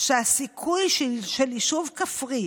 שהסיכוי של יישוב כפרי